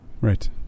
Right